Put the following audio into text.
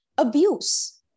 Abuse